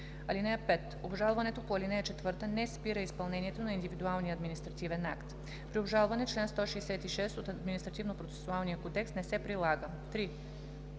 (5) Обжалването по ал. 4 не спира изпълнението на индивидуалния административен акт. При обжалване чл. 166 от Административнопроцесуалния кодекс не се прилага.“